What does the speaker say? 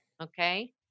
Okay